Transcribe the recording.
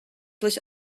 durch